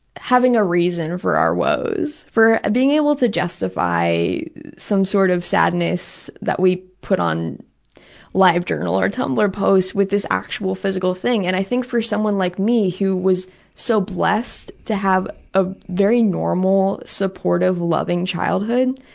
having a reason for our woes, for being able to justify some sort of sadness that we put on livejournal or tumblr posts with this actual physical thing, and i think for someone like me who was so blessed to have a very normal, supportive, loving childhood,